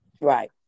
Right